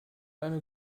eine